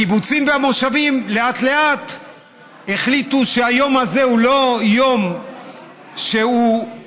הקיבוצים והמושבים לאט-לאט החליטו שהיום הזה הוא לא יום כלכלי,